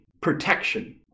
protection